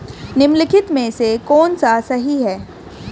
निम्नलिखित में से कौन सा सही है?